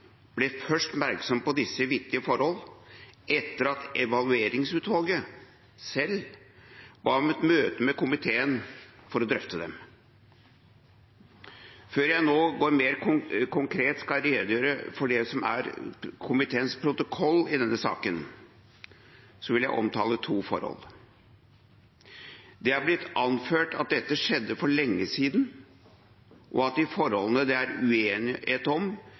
ble først oppmerksom på disse viktige forholdene etter at Evalueringsutvalget selv ba om et møte med komiteen for å drøfte dem. Før jeg nå mer konkret skal redegjøre for det som er komiteens protokoll i denne saken, vil jeg omtale to forhold: Det er blitt anført at dette skjedde for lenge siden, og at de forholdene det er uenighet om,